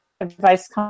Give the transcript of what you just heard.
advice